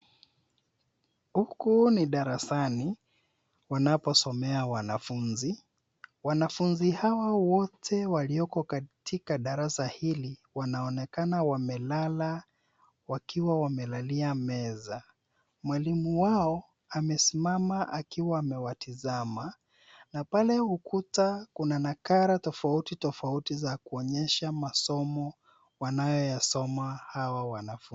Huku ni darasani, wanaposomea wanafunzi. Wanafunzi hawa wote walioko katika darasa hili wanaonekana wamelala, wakiwa wamelalia meza. Mwalimu wao amesimama akiwa amewatazama. Na pale ukuta kuna nakala tofauti tofauti za kuonyesha masomo wanayoyasoma hawa wanafunzi.